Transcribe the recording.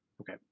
Okay